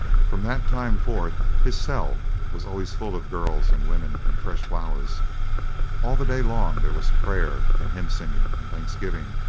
from that time forth his cell was always full of girls and women and fresh flowers all the day long there was prayer, and hymn-singing, and thanksgiving,